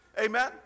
Amen